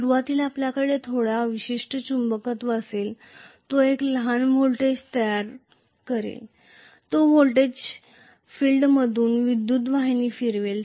सुरुवातीला आपल्याकडे थोडा अवशिष्ट चुंबकत्व असेल तो एक लहान व्होल्टेज तयार करेल तो व्होल्टेज फील्डतून विद्युतवाहिनी फिरवेल